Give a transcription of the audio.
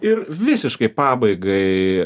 ir visiškai pabaigai